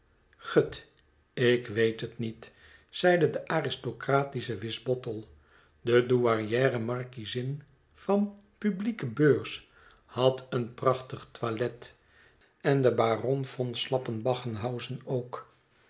gut ik weet het niet m zeide de aristocratische wisbottle de douairiere markiezin van publiekebeurs had een prachtig toilet en de baron von slappenbachenhausen ook